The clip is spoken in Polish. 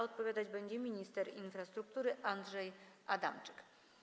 Odpowiadać będzie minister infrastruktury Andrzej Adamczyk.